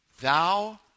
Thou